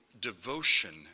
devotion